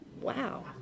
Wow